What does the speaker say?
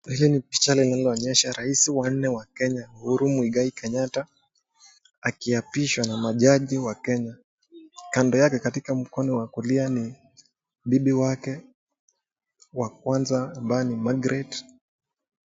Hizi ni picha linaloonyesha raisi wanne wa Kenya Uhuru Muigai Kenyatta , akiapishwa na majaji wa Kenya. Kando yake katika mkono wa kulia ni bibi wake wa kwanza ambaye ni Margaret.